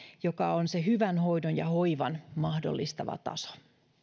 joka on se hyvän hoidon ja hoivan mahdollistava taso